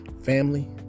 family